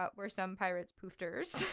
but were some pirates poofters?